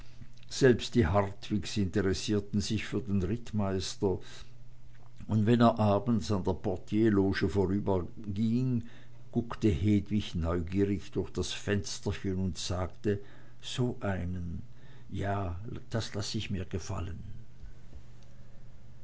selbst die hartwigs interessierten sich für den rittmeister und wenn er abends an der portierloge vorüberkam guckte hedwig neugierig durch das fensterchen und sagte so einen ja das laß ich mir gefallen